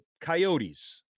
coyotes